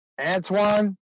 Antoine